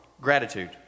gratitude